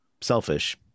selfish